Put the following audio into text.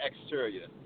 exterior